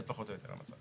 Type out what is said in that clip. זה פחות או יותר המצב.